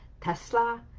Tesla